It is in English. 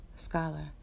scholar